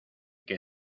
que